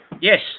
Yes